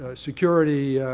ah security